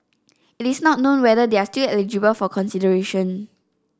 it's not known whether they are still eligible for consideration